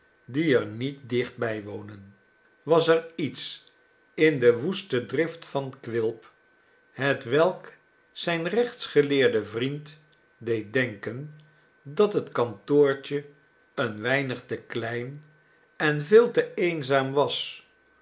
die er niet dicht bij wonen was er iets in de woeste drift van quilp hetwelk zijn rechtsgeleerden vriend deed denken dat het kantoortje een weinig te klein en veel te eenzaam was